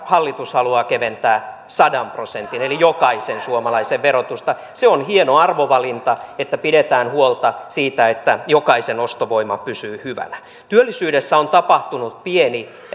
hallitus haluaa keventää sadan prosentin eli jokaisen suomalaisen verotusta se on hieno arvovalinta että pidetään huolta siitä että jokaisen ostovoima pysyy hyvänä työllisyydessä on tapahtunut pieni